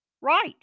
right